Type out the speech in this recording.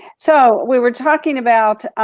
so we were talking about